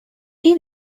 این